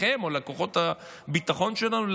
לכם או לכוחות הביטחון שלנו,